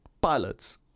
pilots